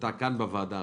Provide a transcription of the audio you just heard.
שעלתה כאן בוועדה,